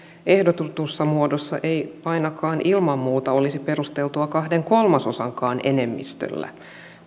ehdotetussa muodossa ei ainakaan ilman muuta olisi perusteltua kahden kolmasosankaan enemmistöllä